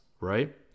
right